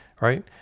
right